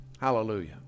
Hallelujah